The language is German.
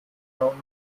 gaunern